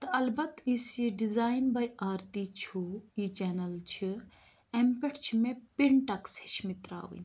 تہٕ البتہ یُس یہِ ڈِزایِن باے آرتی چھُ یہِ چیٚنَل چھِ اَمہِ پیٚٹھ چھِ مےٚ پِن ٹَکٕس ہیٚچھمٕتۍ ترٛاوٕنۍ